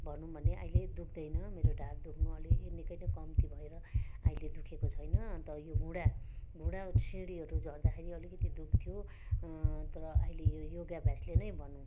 भनौँ भने अहिले दुख्दैन मेरो ढाड दुख्नु अलि निकै नै कम्ती भएर अहिले दुखेको छैन अन्त यो घुँडा यो घुँडा त्यो सिँढीहरू झर्दाखेरि अलिकति दुख्थ्यो तर अहिले योगा अभ्यासले नै भनौँ